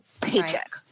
paycheck